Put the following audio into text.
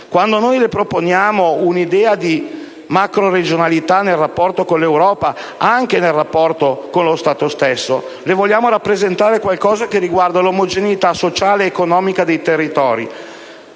Quando noi le proponiamo un'idea di macroregionalità in Europa e anche nello Stato stesso, le vogliamo rappresentare qualcosa che riguarda l'omogeneità sociale ed economica dei territori.